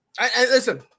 Listen